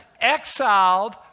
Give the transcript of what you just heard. exiled